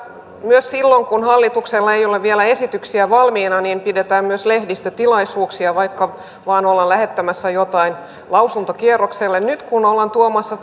myös silloin kun hallituksella ei ole vielä esityksiä valmiina pidetään myös lehdistötilaisuuksia vaikka ollaan lähettämässä jotain vain lausuntokierrokselle nyt kun ollaan tuomassa